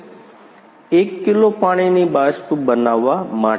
1 kilo પાણીની બાષ્પ બનાવવા માટે